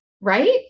right